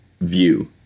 view